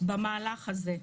במהלך הזה.